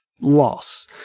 loss